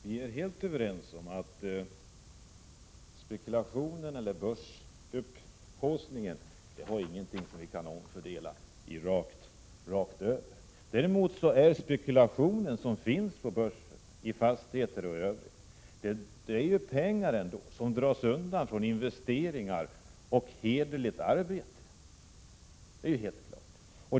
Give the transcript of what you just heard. Herr talman! Vi är helt överens om att spekulationen eller haussen på börsen inte är något som vi kan omfördela rakt över. Däremot är det helt klart att den spekulation som finns på börsen, i fastigheter och i övrigt, rör pengar som dras undan från investeringar och hederligt arbete.